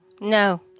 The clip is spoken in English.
No